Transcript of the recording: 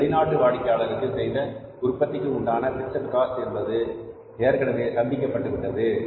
இந்த வெளிநாட்டு வாடிக்கையாளருக்கு செய்த உற்பத்தி உண்டான பிக்ஸட் காஸ்ட் என்பது ஏற்கனவே சந்திக்கப் பட்டது